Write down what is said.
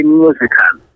musical